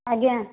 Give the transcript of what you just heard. ଆଜ୍ଞା